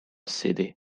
city